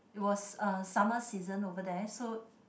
it was uh summer season over there so